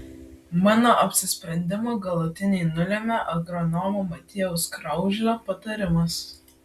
mano apsisprendimą galutinai nulėmė agronomo motiejaus kraužlio patarimas